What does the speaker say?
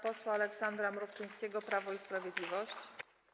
posła Aleksandra Mrówczyńskiego, Prawo i Sprawiedliwość.